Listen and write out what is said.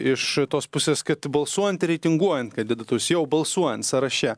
iš tos pusės kad balsuojant ir reitinguojant kandidatus jau balsuojant sąraše